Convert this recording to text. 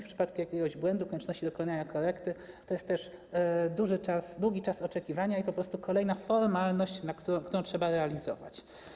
W przypadku jakiegoś błędu, konieczności dokonania korekty to jest też długi czas oczekiwania i po prostu kolejna formalność, którą trzeba realizować.